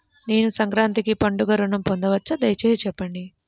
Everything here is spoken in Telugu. నేను సంక్రాంతికి పండుగ ఋణం పొందవచ్చా? దయచేసి చెప్పండి?